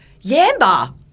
Yamba